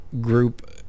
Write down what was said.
group